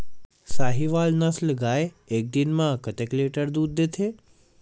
साहीवल नस्ल गाय एक दिन म कतेक लीटर दूध देथे?